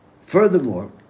Furthermore